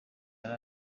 yari